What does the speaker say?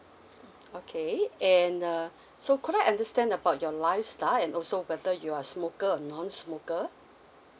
okay and uh so could I understand about your lifestyle and also whether you are smoker or non smoker